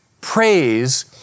praise